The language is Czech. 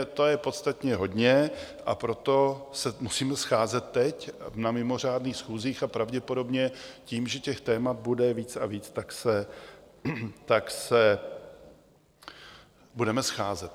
To je podstatně hodně, a proto se musíme scházet teď na mimořádných schůzích a pravděpodobně tím, že těch témat bude víc a víc, tak se budeme scházet.